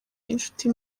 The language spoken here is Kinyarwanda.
inshuti